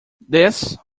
this